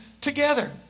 together